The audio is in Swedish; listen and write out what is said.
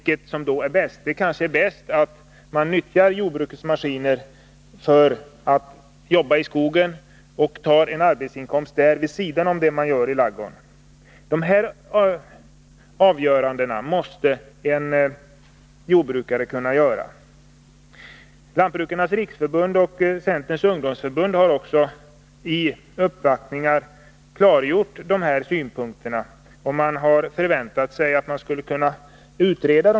Kanske är det bäst att utnyttja jordbrukets maskiner för al jobba i skogen och ta en arbetsinkomst där vid sidan av det man gör i ladugården. De här avgörandena måste en jordbrukare kunna göra. Lantbrukarnas riksförbund och Centerns ungdomsförbund har också vid uppvaktningar klargjort dessa synpunkter, och man har förväntat sig att problemen utreds.